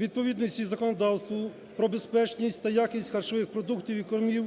відповідності законодавству про безпечність та якість харчових продуктів і кормів,